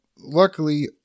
Luckily